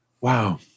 Wow